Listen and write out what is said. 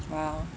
!wow!